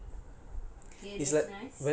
okay that's nice